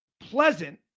pleasant